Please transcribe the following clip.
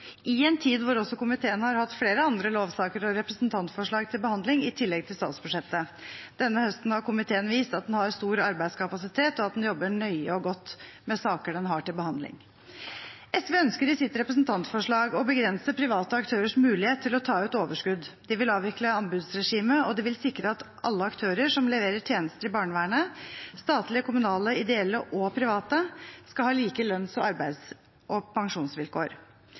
i en tid da komiteen også har hatt flere lovsaker og representantforslag til behandling, i tillegg til statsbudsjettet. Denne høsten har komiteen vist at den har stor arbeidskapasitet, og at den jobber nøye og godt med saker den har til behandling. SV ønsker i sitt representantforslag å begrense private aktørers mulighet til å ta ut overskudd. De vil avvikle anbudsregimet, og de vil sikre at alle aktører som leverer tjenester i barnevernet – statlige, kommunale, ideelle og private – skal ha like lønns-, arbeids- og pensjonsvilkår.